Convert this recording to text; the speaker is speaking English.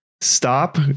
stop